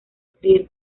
escribir